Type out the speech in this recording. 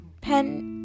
pen